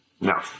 No